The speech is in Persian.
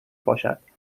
پاشد